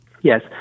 Yes